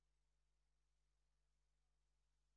בשעה 16:00.